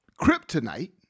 kryptonite